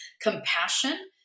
compassion